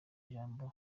ijambo